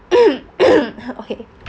okay